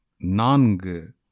Nang